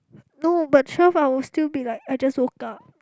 no but twelve I was still be like I just woke up